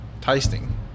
tasting